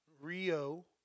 Rio